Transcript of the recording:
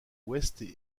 ouest